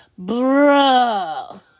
Bruh